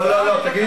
לא הזכרתי.